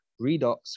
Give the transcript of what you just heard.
redox